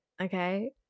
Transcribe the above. Okay